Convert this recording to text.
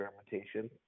experimentation